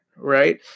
Right